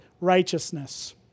righteousness